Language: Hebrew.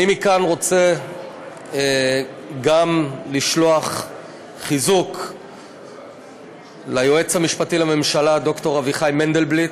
אני רוצה גם לשלוח מכאן חיזוק ליועץ המשפטי לממשלה ד"ר אביחי מנדבליט.